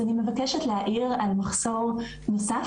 אז אני מבקשת להעיר על מחסור נוסף,